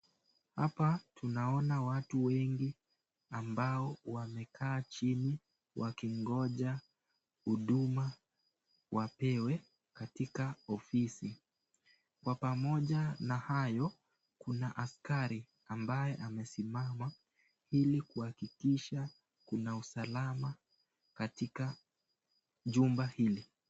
Hapa tunaona watu wengi ambao wamekaa chini wakingoja huduma wapewe katika ofisi. Kwa pamoja na hayo, kuna askari ambaye amesimama ili kuhakikisha kuna usalama katika jumba hili.